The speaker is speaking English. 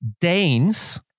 Danes